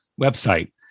website